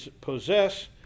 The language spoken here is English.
possess